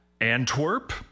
Antwerp